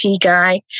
guy